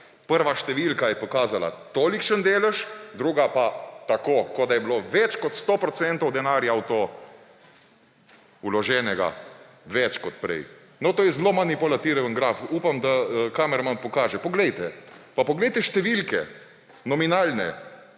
Prva številka je pokazala tolikšen delež, druga pa tako, kot da je bilo več kot 100 % denarja kot prej v to vloženega. No, to je zelo manipulativen graf. Upam, da kamerman pokaže. Poglejte. Pa poglejte številke – nominalne.